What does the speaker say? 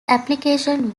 application